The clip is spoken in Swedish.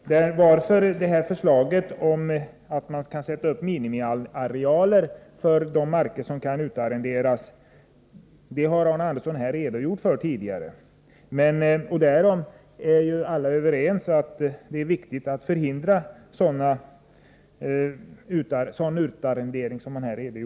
Arne Andersson i Ljung har här tidigare redogjort för förslaget om minimiarealer för de marker som kan utarrenderas. Alla är ju överens om att det är viktigt att förhindra sådan utarrendering som han gav exempel på.